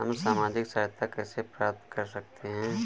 हम सामाजिक सहायता कैसे प्राप्त कर सकते हैं?